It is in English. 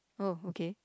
oh okay